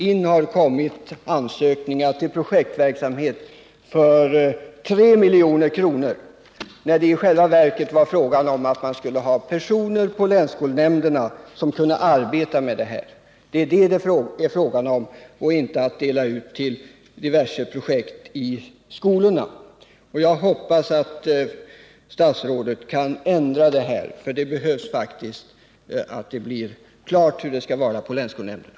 Det har kommit in ansökningar rörande projektverksamhet för 3 milj.kr., när det i själva verket var fråga om att det skulle finnas personer på länsskolnämnderna som kunde arbeta med verksamheten. Det är ju det som det är fråga om — inte att dela ut pengar till diverse projekt i skolorna. Jag hoppas att statsrådet kan ändra dessa förhållanden. Det behöver faktiskt bli klarlagt hur det skall vara på länsskolnämnderna.